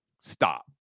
Stop